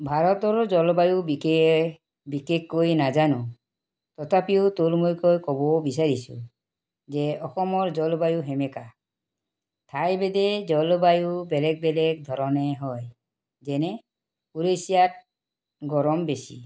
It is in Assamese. ভাৰতৰ জলবায়ু বিশেষ বিশেষকৈ নাজানো তথাপিও থূলমূলকৈ ক'ব বিচাৰিছোঁ যে অসমৰ জলবায়ু সেমেকা ঠাইভেদে জলবায়ু বেলেগ বেলেগ ধৰণে হয় যেনে উৰিষ্যাত গৰম বেছি